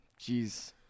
jeez